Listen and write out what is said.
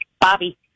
bobby